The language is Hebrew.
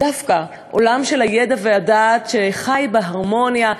דווקא העולם של הידע והדעת שחי בהרמוניה,